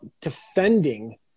defending